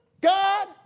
God